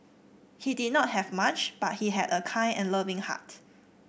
he did not have much but he had a kind and loving heart